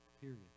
period